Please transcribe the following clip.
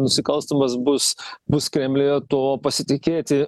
nusikalstamas bus bus kremliuje to pasitikėti